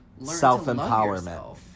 Self-empowerment